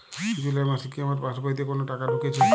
জুলাই মাসে কি আমার পাসবইতে কোনো টাকা ঢুকেছে?